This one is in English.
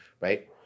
right